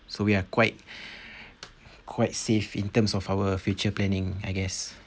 so we are quite quite safe in terms of our future planning I guess